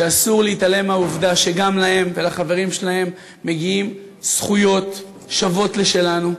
שאסור להתעלם מהעובדה שגם להם ולחברים שלהם מגיעות זכויות שוות לשלנו.